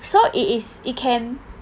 so it is it can